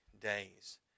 days